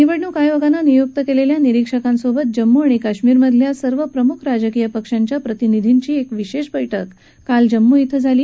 निवडणूक आयोगाने नियुक्त केलेल्या निरीक्षकांसोबत जम्मू आणि काश्मीरमधल्या सर्व प्रमुख राजकीय पक्षांच्या प्रतिनिधींची एक विशेष बैठक काल जम्मू इथं झाली